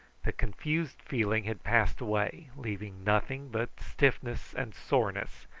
the confused feeling had passed away, leaving nothing but stiffness and soreness,